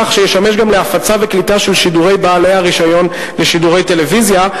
כך שישמש גם להפצה וקליטה של שידורי בעלי הרשיון לשידורי טלוויזיה.